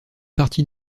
partie